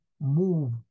move